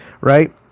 Right